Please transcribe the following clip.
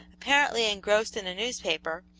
apparently engrossed in a newspaper,